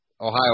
Ohio